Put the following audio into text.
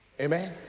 Amen